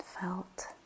felt